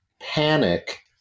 panic